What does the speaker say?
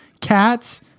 cats